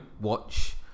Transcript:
watch